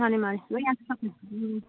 ꯃꯥꯅꯦ ꯃꯥꯅꯦ ꯂꯣꯏ ꯌꯥꯟꯊꯠ ꯎꯝ